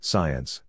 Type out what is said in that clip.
Science